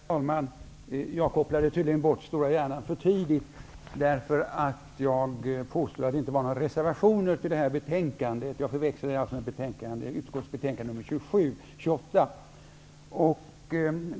Herr talman! Jag kopplade tydligen bort stora hjärnan för tidigt. Jag påstod nämligen att det inte fanns några reservationer i detta betänkande. Men jag förväxlade detta betänkande med utskottets betänkande KrU28.